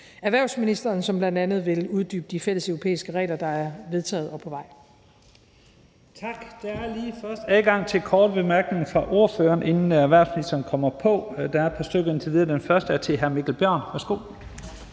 erhvervsministeren, som bl.a. vil uddybe de fælles europæiske regler, der er vedtaget og er på vej.